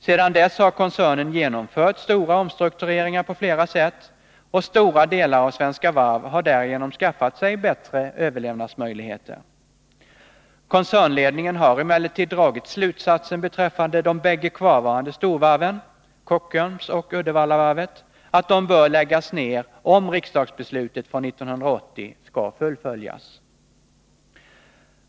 Sedan dess har koncernen genomfört stora omstruktureringar på flera sätt, och stora delar av Svenska Varv har därigenom skaffat sig bättre överlevnadsmöjligheter. Koncernledningen har emellertid dragit slutsatsen beträffande de bägge kvarvarande storvarven, Kockums och Uddevallavarvet, att de bör läggas ner om riksdagsbeslutet från 1980 skall fullföljas.